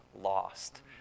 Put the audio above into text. lost